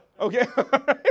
Okay